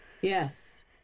Yes